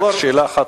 שאלה אחת,